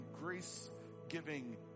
grace-giving